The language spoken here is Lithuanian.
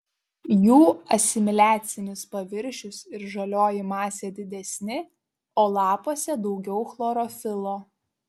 jų asimiliacinis paviršius ir žalioji masė didesni o lapuose daugiau chlorofilo